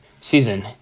season